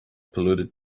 polluted